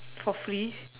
for free